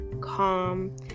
calm